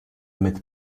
mit